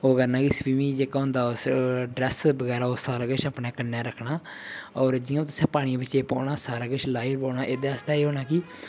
ओह् करना कि स्वीमिंग जेह्का होंदा उस ड्रेस बगैरा ओह् सारा किश अपने कन्नै रक्खना होर जि'यां तुसें पानी बिच्चे पौना सारे किश लाई'र पौना एह्दे आस्तै एह् होना कि